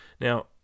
now